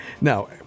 Now